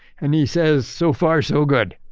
and he says, so far so good.